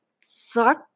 suck